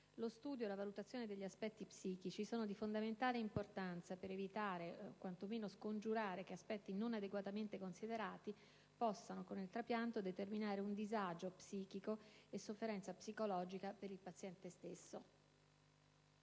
Lo studio e la valutazione degli aspetti psichici sono di fondamentale importanza per evitare o, quantomeno, scongiurare che aspetti non adeguatamente considerati, possano con il trapianto determinare un disagio psichico e sofferenza psicologica per il paziente stesso.